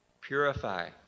Purify